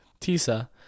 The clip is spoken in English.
Tisa